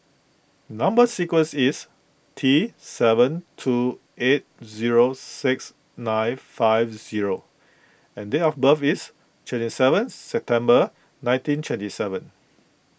Number Sequence is T seven two eight zero six nine five zero and date of birth is twenty seventh September nineteen twenty seven